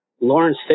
Lawrence